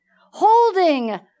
holding